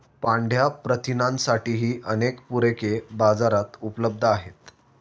पांढया प्रथिनांसाठीही अनेक पूरके बाजारात उपलब्ध आहेत